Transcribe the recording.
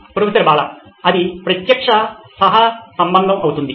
professor Bala అది ప్రత్యక్ష సహసంబంధం అవుతుంది